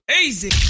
easy